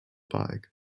bike